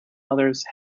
others